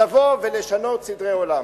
לבוא ולשנות סדרי עולם,